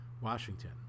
Washington